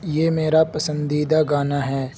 یہ میرا پسندیدہ گانا ہے